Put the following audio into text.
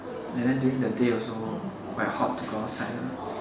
and then during the day also quite hot to go outside lah